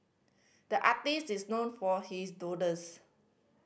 the artist is known for his doodles